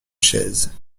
chaise